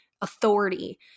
authority